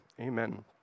amen